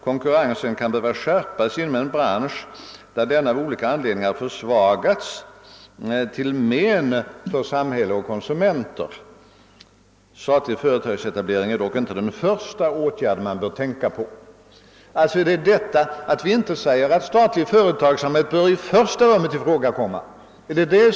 Konkurrensen kan behöva skärpas inom en bransch, där denna av olika anledning ar försvagats till men för samhälle och konsumenter. Statlig företagsetablering är dock inte den första åtgärd man bör tänka på i det sammanhanget.» Syftar herr statsrådet till att vi inte säger att statlig företagsamhet bör förekomma i första rummet?